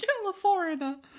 California